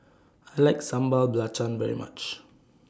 I like Sambal Belacan very much